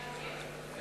(תיקון מס' 22),